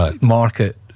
market